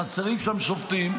חסרים שם שופטים,